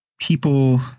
people –